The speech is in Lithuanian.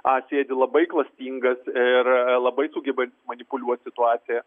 a sėdi labai klastingas ir labai sugeba manipuliuot situaciją